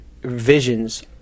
visions